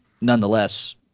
nonetheless –